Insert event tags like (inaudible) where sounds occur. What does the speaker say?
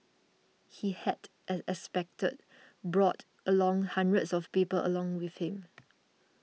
he had as expected brought along hundreds of people along with him (noise)